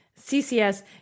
ccs